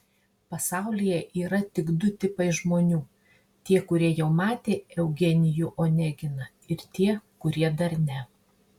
pasaulyje yra tik du tipai žmonių tie kurie jau matė eugenijų oneginą ir tie kurie dar ne